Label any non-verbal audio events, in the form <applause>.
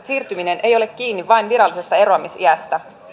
<unintelligible> siirtyminen ei ole kiinni vain virallisesta eroamisiästä